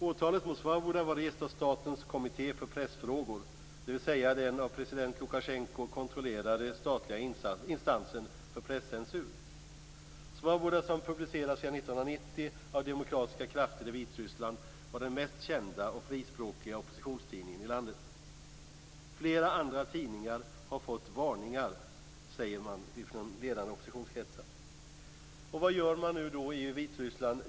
Åtalet mot Svaboda var rest av Statens kommitté för pressfrågor, det vill säga den av president Lukasjenko kontrollerade statliga instansen för presscensur. - Svaboda som publicerats sedan 1990 av demokratiska krafter i Vitryssland var den mest kända och frispråkiga oppositionstidningen i landet." Flera andra tidningar har fått varningar, säger man från ledande oppositionskretsar. Vad gör man då nu i Vitryssland?